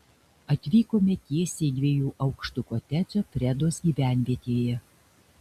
atvykome tiesiai į dviejų aukštų kotedžą fredos gyvenvietėje